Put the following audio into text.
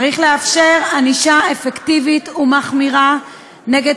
צריך לאפשר ענישה אפקטיבית ומחמירה נגד